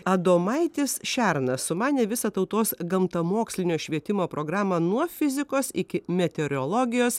adomaitis šernas sumanė visą tautos gamtamokslinio švietimo programą nuo fizikos iki meteorologijos